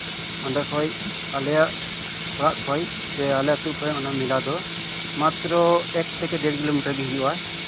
ᱚᱸᱰᱮ ᱠᱷᱚᱡ ᱟᱞᱮᱭᱟᱜ ᱚᱲᱟᱜ ᱠᱷᱚᱡ ᱥᱮ ᱟᱞᱮ ᱟᱛᱳ ᱠᱷᱚᱱ ᱚᱱᱟ ᱢᱮᱞᱟ ᱫᱚ ᱢᱟᱛᱨᱚ ᱮᱠ ᱛᱷᱮᱠᱮ ᱰᱮᱲ ᱠᱤᱞᱳᱢᱤᱴᱟᱨ ᱦᱩᱭᱩᱜᱼᱟ